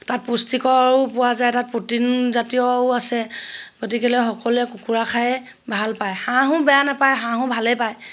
তাত পুষ্টিকৰো পোৱা যায় তাত প্ৰ'টিনজাতীয়ও আছে গতিকেলৈ সকলোৱে কুকুৰা খায়ে ভাল পায় হাঁহো বেয়া নাপায় হাঁহো ভালেই পায়